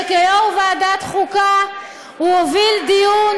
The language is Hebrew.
שכיושב-ראש ועדת החוקה הוא הוביל דיון